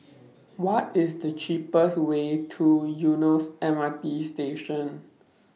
What IS The cheapest Way to Eunos M R T Station